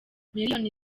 miliyoni